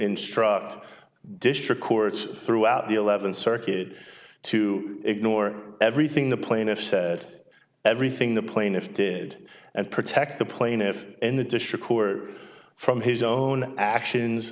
instruct the district courts throughout the eleventh circuit to ignore everything the plaintiff said everything the plaintiff did and protect the plaintiff in the district who are from his own actions